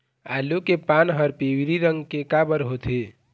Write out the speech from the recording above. आलू के पान हर पिवरी रंग के काबर होथे?